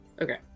Okay